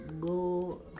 go